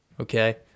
okay